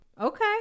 Okay